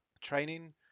training